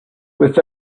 with